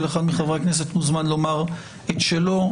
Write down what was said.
כל אחד מחברי הכנסת מוזמן לומר את שלו.